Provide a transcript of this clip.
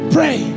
Pray